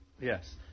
Yes